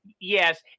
Yes